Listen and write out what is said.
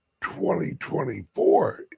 2024